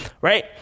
right